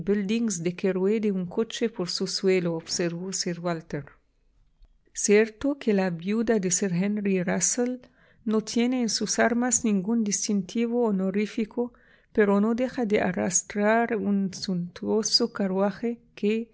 de que ruede un coche por su sueloobservó sir walter cierto que la viuda de sir henry rusell no tiene en sus armas ningún distintivo honorífico pero no deja de arrastrar un suntuoso carruaje que